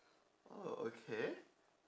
oh okay